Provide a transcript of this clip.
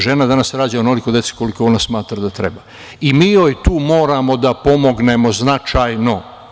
Žena danas rađa onoliko dece koliko ona smatra da treba i mi tu moramo da joj pomognemo, značajno.